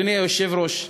אדוני היושב-ראש: